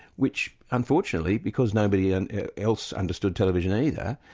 which unfortunately because nobody and else understood television either,